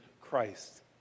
Christ